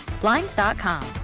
Blinds.com